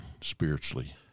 spiritually